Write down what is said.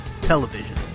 Television